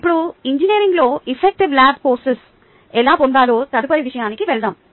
ఇప్పుడు ఇంజనీరింగ్లో effective lab కోర్సులను ఎలా పొందాలో తదుపరి విషయానికి వెళ్దాం